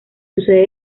sucede